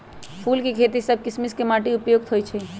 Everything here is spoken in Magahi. फूल के खेती सभ किशिम के माटी उपयुक्त होइ छइ